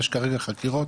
יש כרגע חקירות,